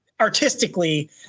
artistically